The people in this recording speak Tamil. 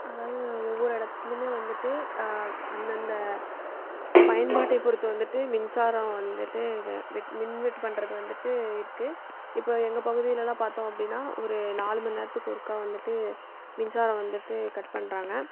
அதாவது ஒவ்வொரு இடத்துலையுமே வந்துட்டு அந்தந்த பயன்பாட்டை பொறுத்து வந்துட்டு மின்சாரம் வந்துட்டு மின் வெட்டு பண்ணுறது வந்துட்டு இருக்குது இப்போ எங்கள் பகுதியில் எல்லாம் பார்த்தோம் அப்படின்னா ஒரு நாலுமணி நேரத்துக்கு ஒருக்கா வந்துட்டு மின்சாரம் வந்துட்டு கட் பண்ணுறாங்க